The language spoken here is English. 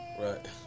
Right